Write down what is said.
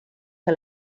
que